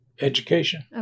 education